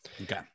Okay